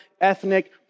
ethnic